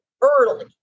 early